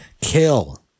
Kill